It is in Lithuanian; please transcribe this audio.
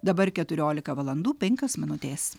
dabar keturiolika valandų penkios minutės